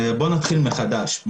בוא נתחיל מחדש.